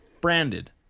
Branded